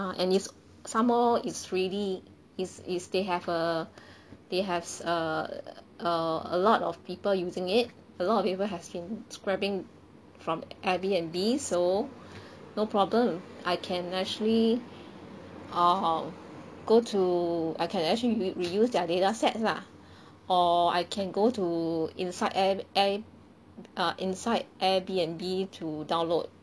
uh and it's some more it's ready it's it's they have err they have err err a lot of people using it a lot of people have been scrapping from Airbnb so no problem I can actually err go to I can actually reuse their data sets lah or I can go to inside air air uh inside Airbnb to download